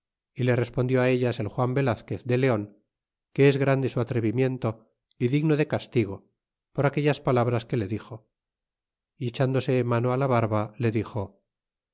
y le respondió á ellas el juan velazquez de leon que es grande su atrevimiento y digno de castigo por aquellas palabras que le dixo y echándose mano á la barba le dixo